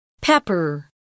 Pepper